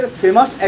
famous